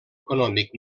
econòmic